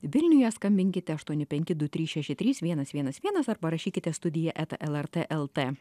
vilniuje skambinkite aštuoni penki du trys šeši trys vienas vienas vienas arba rašykite studija eta lrt lt